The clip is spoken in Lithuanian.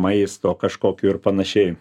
maisto kažkokių ir panašiai